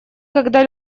когда